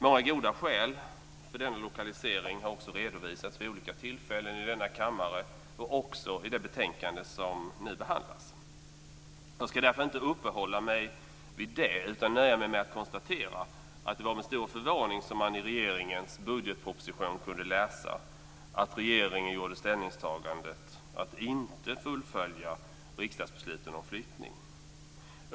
Många goda skäl för denna lokalisering har också redovisats vid olika tillfällen i denna kammare och också i det betänkande som nu behandlas. Jag ska därför inte uppehålla mig vid det utan nöjer mig med att konstatera att det var med stor förvåning man i regeringens budgetproposition kunde läsa att regeringen gjorde ställningstagandet att inte fullfölja riksdagsbesluten om flyttning.